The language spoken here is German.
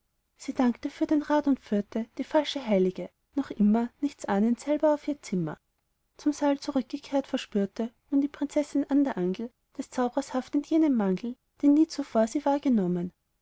sie dankte für den rat und führte die falsche heilige noch immer nichtsahnend selber auf ihr zimmer illustration aladdin tötet den verkleideten zauberer zum saal zurückgekehrt verspürte nun die prinzessin an der angel des zaubrers haftend jenen mangel den nie zuvor sie wahrgenommen